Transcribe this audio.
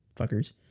fuckers